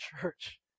church